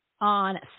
on